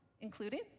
included